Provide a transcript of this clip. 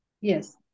Yes